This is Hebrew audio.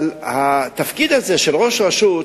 אבל התפקיד הזה, של ראש רשות,